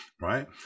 Right